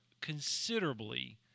considerably